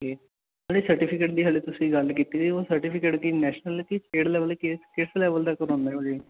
okay ਨਾਲੇ certificate ਦੀ ਹਾਲੇ ਤੁਸੀਂ ਗੱਲ ਕੀਤੀ ਉਹ ਸਰਟੀਫਿਕੇਟ ਕੀ ਨੈਸ਼ਨਲ ਕੀ ਖੇਡ ਲੈਵਲ ਕਿਸ ਲੈਵਲ ਦਾ ਕਰਾਉਂਦੇ ਹੋ ਜੀ